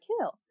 Kill